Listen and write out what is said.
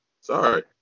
Sorry